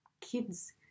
kids